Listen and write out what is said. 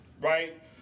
right